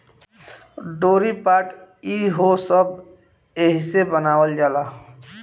डोरी, पाट ई हो सब एहिसे बनावल जाला